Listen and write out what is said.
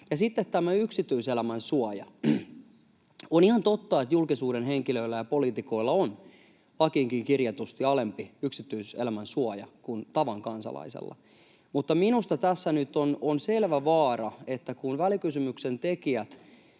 Ja sitten tämä yksityiselämän suoja. On ihan totta, että julkisuuden henkilöillä ja poliitikoilla on lakiinkin kirjatusti alempi yksityiselämän suoja kuin tavan kansalaisella. Mutta minusta tässä nyt on selvä vaara, että kun välikysymyksen tekijät